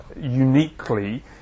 uniquely